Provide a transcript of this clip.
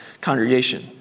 congregation